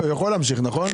הוא יכול להמשיך נכון?